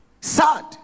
Sad